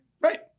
Right